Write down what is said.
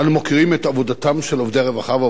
אנו מוקירים את עבודתם של עובדי הרווחה והעובדים